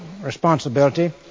responsibility